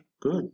Good